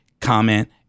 comment